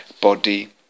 body